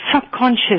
subconscious